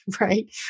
Right